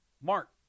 Mark